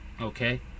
okay